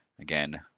Again